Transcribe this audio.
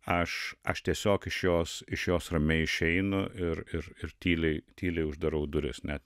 aš aš tiesiog iš jos iš jos ramiai išeinu ir ir ir tyliai tyliai uždarau duris net